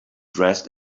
dressed